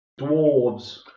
dwarves